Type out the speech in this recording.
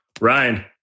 Ryan